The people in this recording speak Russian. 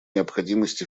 необходимость